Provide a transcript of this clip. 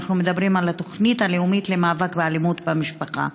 אנחנו מדברים על התוכנית הלאומית למאבק באלימות במשפחה.